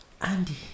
Andy